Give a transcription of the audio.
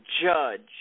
judge